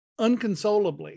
Unconsolably